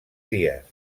dies